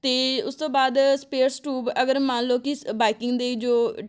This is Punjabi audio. ਅਤੇ ਉਸ ਤੋਂ ਬਾਅਦ ਸਪੇਅਰਸ ਟਿਊਬ ਅਗਰ ਮੰਨ ਲਓ ਕਿ ਬਾਈਕਿੰਗ ਦੇ ਜੋ